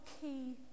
key